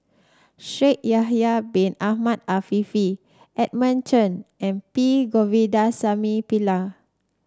Shaikh Yahya Bin Ahmed Afifi Edmund Cheng and P Govindasamy Pillai